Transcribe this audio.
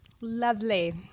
Lovely